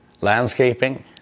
landscaping